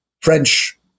French